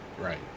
Right